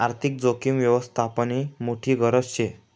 आर्थिक जोखीम यवस्थापननी मोठी गरज शे